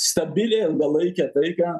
stabilią ilgalaikę taiką